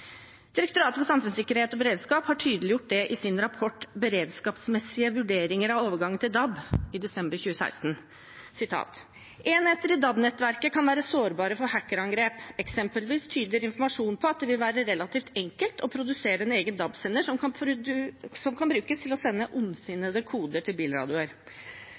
tydeliggjort det i sin rapport «Beredskapsmessig vurdering av overgangen til DAB», fra desember 2016: «Enheter i DAB-nettverket kan være sårbare for hackerangrep. Eksempelvis tyder informasjon på at det vil være relativt enkelt å produsere en egen DAB-sender som kan brukes til å sende ondsinnet kode til bilradioer.» Det digitale nettet kan også enkelt hackes ved at man sender koder til